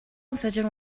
incision